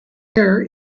air